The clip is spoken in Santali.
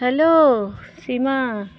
ᱦᱮᱞᱳ ᱥᱤᱢᱟ